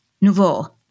Nouveau